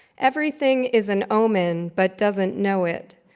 everything is an omen but doesn't know it,